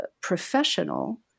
professional